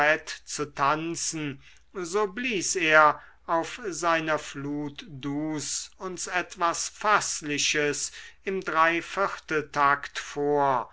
zu tanzen so blies er auf einer flte douce uns etwas faßliches im dreivierteltakt vor